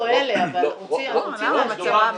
לא אלה אבל רוצים להשקיע -- לא,